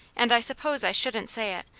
and i suppose i shouldn't say it,